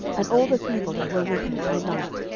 and all the people that were with him, by night,